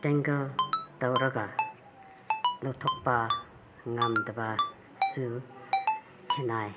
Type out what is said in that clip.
ꯇꯦꯟꯒꯜ ꯇꯧꯔꯒ ꯂꯧꯊꯣꯛꯄ ꯉꯝꯗꯕꯁꯨ ꯊꯦꯡꯅꯩ